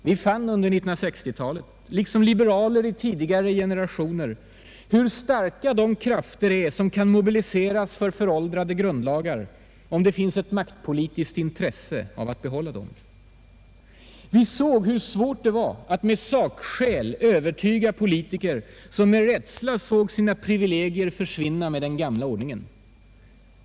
Vi fann under 1960-talet, liksom liberaler i tidigare generationer, hur starka de krafter är som kan mobiliseras för föråldrade grundlagar om det finns ett maktpolitiskt intresse av att behålla dem. Vi såg hur svårt det var att med sakskäl övertyga politiker som med rädsla såg sina privilegier försvinna med den gamla ordningen.